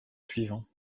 suivant